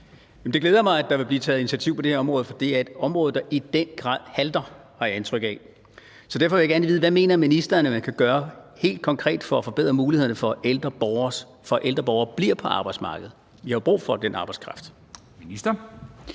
Det glæder mig, at der vil blive taget initiativ på det her område, for det er et område, der i den grad halter, har jeg indtryk af. Derfor vil jeg gerne vide, hvad ministeren mener at man kan gøre helt konkret for at forbedre mulighederne for, at ældre borgere bliver på arbejdsmarkedet. Vi har jo brug for den arbejdskraft.